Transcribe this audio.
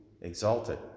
exalted